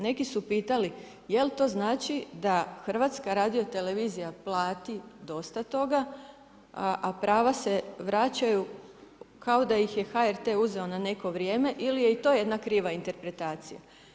Neki su pitali, jel to znači da HRT plati dosta toga, a prava se vraćaju kao da ih je HRT uzeo na neko vrijeme ili je i to jedna kriva interpretacija.